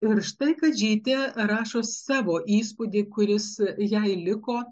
ir štai kadžytė rašo savo įspūdį kuris jai liko